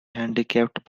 handicapped